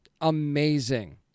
amazing